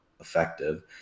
effective